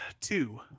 two